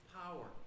power